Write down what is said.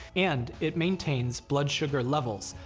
and it maintains blood sugar levels,